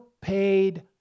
paid